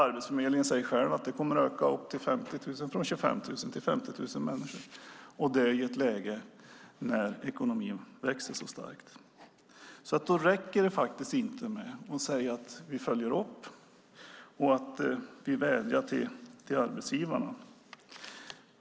Arbetsförmedlingen säger själv att det kommer att öka från 25 000 till 50 000 människor, och det i ett läge när ekonomin växer så starkt. Då räcker det faktiskt inte med att säga att vi följer upp och att vi vädjar till arbetsgivarna.